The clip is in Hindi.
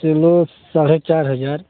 चलो साढ़े चार हज़ार